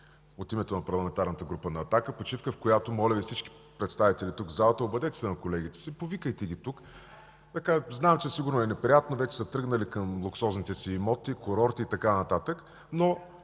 от името на Парламентарната група на „Атака”, в която моля всички представители в залата – обадете се на колегите си, повикайте ги тук. Знам, че сигурно е неприятно, вече са тръгнали към луксозните си имоти, курорти и така нататък. Но